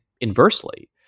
inversely